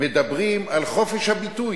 מדברים על חופש הביטוי.